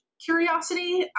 curiosity